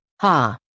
Ha